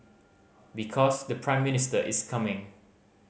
because the Prime Minister is coming